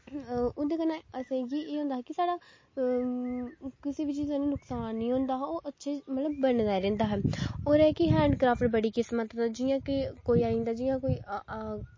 उं'दे कन्नै असेंगी एह् होंदा हा कि साढ़ा कुसै बी चीज़ कन्नै नुकसान नी होंदा हा ओह् अच्छा मतलब बने दा रैंह्दा हा होर एह् ऐ कि हैंड क्राफ्ट बड़ी किस्मां दा होंदा जियां कि जियां कोई आई जंदा जियां कोई आ आ